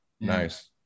Nice